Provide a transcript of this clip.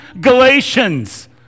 Galatians